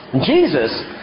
Jesus